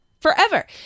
forever